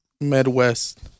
Midwest